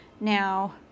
Now